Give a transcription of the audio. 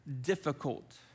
difficult